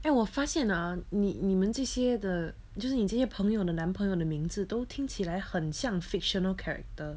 eh 我发现 ah 你你们这些的就是你这些朋友的男朋友的名字都听起来很像 fictional character